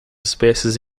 espécies